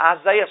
Isaiah